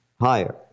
higher